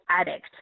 addict